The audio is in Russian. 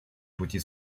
пути